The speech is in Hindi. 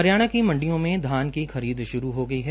हरियाणा की मंडियों में धान की खरीद श्रू हो गई है